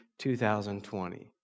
2020